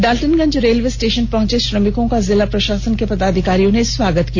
Daltonganj railway station पहंचे श्रमिकों का जिला प्रशासन के पदाधिकारियों ने स्वागत किया